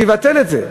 הוא יבטל את זה.